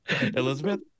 Elizabeth